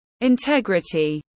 integrity